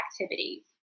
activities